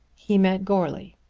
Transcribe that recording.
he met goarly.